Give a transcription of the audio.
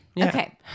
Okay